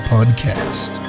Podcast